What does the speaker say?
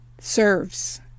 serves